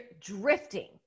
drifting